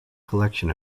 collection